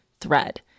THREAD